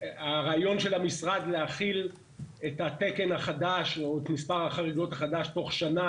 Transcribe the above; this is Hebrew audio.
הרעיון של המשרד להחיל את התקן החדש או את מספר החריגות החדש תוך שנה,